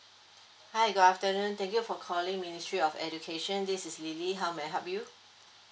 hi good afternoon thank you for calling ministry of education this is lily how may I help you